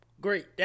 great